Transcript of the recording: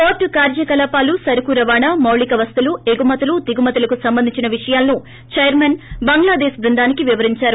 పోర్ల్ కార్యకలాపాలు సరుకు రవాణా మౌలిక వసతులు ఎగుమతులు దిగుమతులకు సంబంధించిన విషయాలను చెర్మన్ బంగ్లాదేశ్ బృందానికి వివరించారు